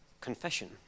confession